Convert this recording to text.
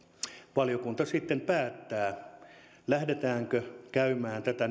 valiokunta sitten päättää lähdetäänkö tätä